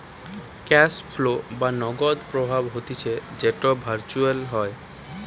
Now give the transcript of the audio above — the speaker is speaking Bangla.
ক্যাশ ফ্লো বা নগদ প্রবাহ হতিছে যেটো ভার্চুয়ালি হয়